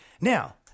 Now